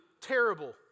terrible